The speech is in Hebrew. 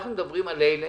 אנחנו מדברים על אלה